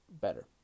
better